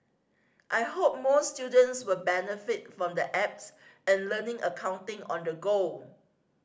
I hope more students will benefit from the apps and learning accounting on the go